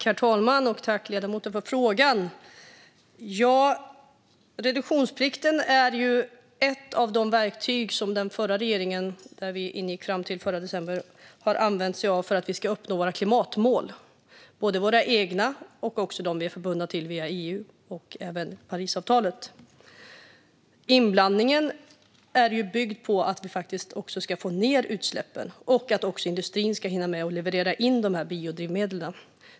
Herr talman! Reduktionsplikten är ett av de verktyg som den förra regeringen, som vi ingick i fram till förra december, har använt sig av för att uppnå klimatmålen - både våra egna och de Sverige är bundna till via EU och genom Parisavtalet. Inblandningen är till för att få ned utsläppen. Industrin måste samtidigt hinna med att leverera biodrivmedel.